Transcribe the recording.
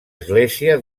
església